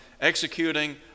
executing